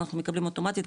אנחנו מקבלים אוטומטית,